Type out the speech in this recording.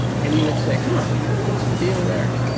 and you would say, huh? what's the deal there?